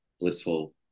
blissful